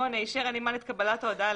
אישר הנמען את קבלת ההודעה,